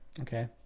okay